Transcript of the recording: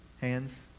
Hands